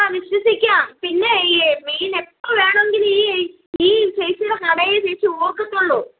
ആ വിശ്വസിക്കാം പിന്നെ ഈ മീൻ എപ്പോൾ വേണമെങ്കിലും ഈ എ ഈ ചേച്ചിയുടെ കടയേ ചേച്ചി ഓർക്കുള്ളൂ